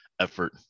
effort